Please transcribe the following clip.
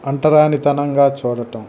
అంటరానితనంగా చూడటం